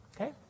Okay